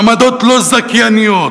מעמדות לא זכייניים,